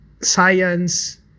science